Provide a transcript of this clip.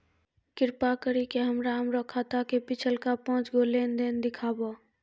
कृपा करि के हमरा हमरो खाता के पिछलका पांच गो लेन देन देखाबो